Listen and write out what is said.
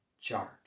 charge